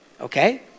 Okay